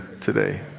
today